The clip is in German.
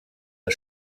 der